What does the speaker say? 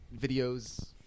videos